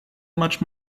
much